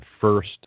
FIRST